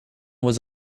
was